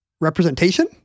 representation